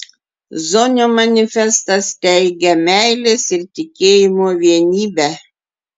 zonio manifestas teigia meilės ir tikėjimo vienybę